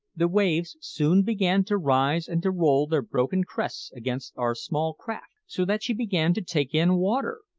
the waves soon began to rise and to roll their broken crests against our small craft, so that she began to take in water,